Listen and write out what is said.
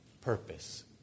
purpose